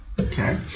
Okay